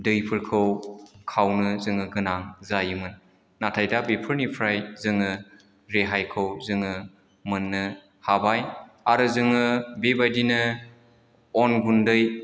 दैफोरखौ खावनो जोङो गोनां जायोमोन नाथाय दा बेफोरनिफ्राय जोङो रेहायखौ जोङो मोननो हाबाय आरो जोङो बेबायदिनो अन गुन्दै